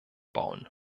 bauen